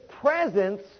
presence